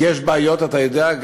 יש בעיות, אתה יודע.